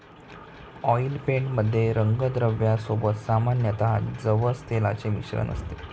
oil paint मध्ये रंगद्रव्या सोबत सामान्यतः जवस तेलाचे मिश्रण असते